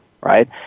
right